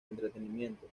entretenimiento